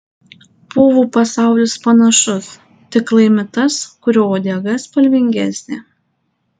povų pasaulis panašus tik laimi tas kurio uodega spalvingesnė